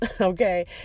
Okay